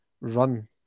run